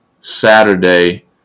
Saturday